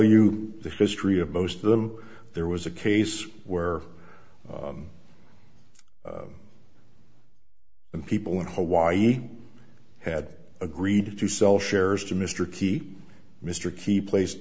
you the history of most of them there was a case where the people in hawaii had agreed to sell shares to mr key mr key placed